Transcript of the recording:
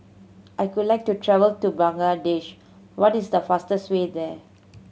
I could like to travel to Bangladesh what is the fastest way there